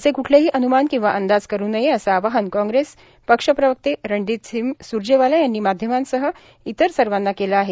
असे कुठलेही अनुमान किंवा अंदाज करू नये असं आवाहन कांग्रेस पक्षप्रवक्ते रनदीपसिंग सुरजेवाला यांनी माध्यमांसह इतर सर्वांना केलं आहे